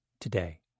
today